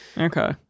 Okay